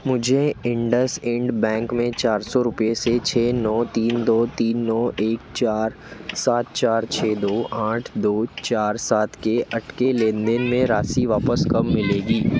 मुझे इंडसइंड बैंक में चार सौ रुपये से छः नौ तीन दो तीन नौ एक चार सात चार छः दो आठ दो चार सात के अटके लेनदेन में राशि वापस कब मिलेगी